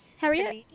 Harriet